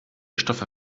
stoffe